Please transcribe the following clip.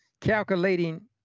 calculating